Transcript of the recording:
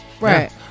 Right